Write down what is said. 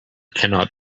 cannot